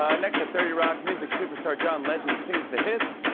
um next at thirty rock, music superstar john legend sings the hits.